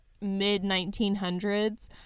mid-1900s